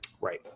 Right